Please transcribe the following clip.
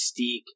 Mystique